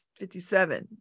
57